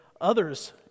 others